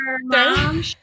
mom